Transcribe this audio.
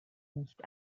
nicht